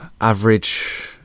Average